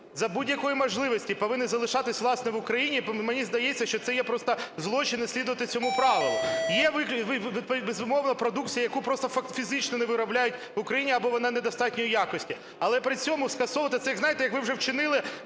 за будь-якої можливості повинні залишатися, власне, в Україні, мені здається, що це є просто злочин слідувати цьому правилу. Є, безумовно, продукція, яку просто фізично не виробляють в Україні або вона недостатньої якості. Але при цьому скасовувати це, як знаєте, як ви вже вчинили